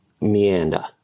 meander